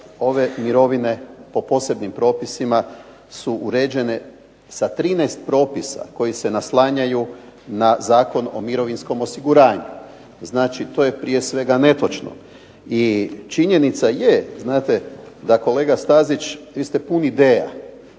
ove mirovine po posebnim propisima su uređene sa 13 propisa koji se naslanjaju na Zakon o mirovinskom osiguranju. Znači, to je prije svega netočno. I činjenica je znate da kolega Stazić, vi ste pun ideja.